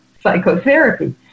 psychotherapy